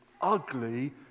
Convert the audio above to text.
ugly